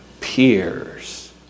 peers